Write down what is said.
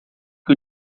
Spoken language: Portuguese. que